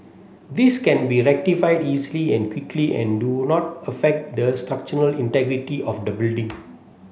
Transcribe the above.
these can be rectified easily and quickly and do not affect the structural integrity of the building